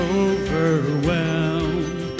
overwhelmed